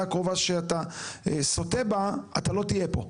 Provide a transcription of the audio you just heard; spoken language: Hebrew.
הקרובה שאתה סוטה בה אתה לא תהיה פה.